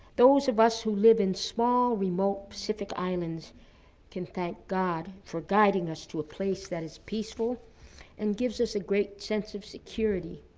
those of us who live in small, remote pacific islands can thank god for guiding us to a place that is peaceful and gives us a great sense of security.